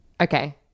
Okay